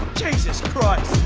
jesus christ!